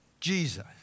Jesus